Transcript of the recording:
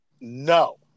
No